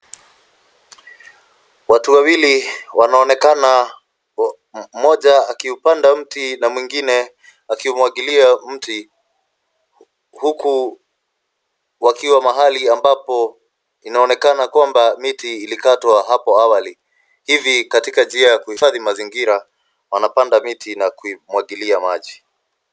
Watu wawili wanaonekana, mmoja akiupanda mti na mwingine akiumwagilia mti. Huku wakiwa mahali ambapo inaonekana kwamba, miti ilikatwa hapo awali. Hivi katika njia ya kuhifadhi mazingira, wanapenda miti na kuimwagilia maji.